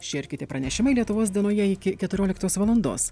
šie ir kiti pranešimai lietuvos dienoje iki keturioliktos valandos